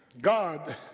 God